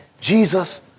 Jesus